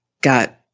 got